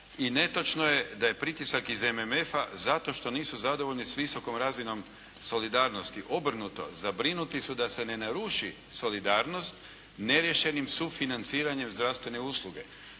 I netočno je da je pritisak iz MMF-a zato što nisu zadovoljni s visokom razinom solidarnosti. Obrnuto, zabrinuti su da se ne naruši solidarnost neriješenim sufinanciranjem zdravstvene usluge.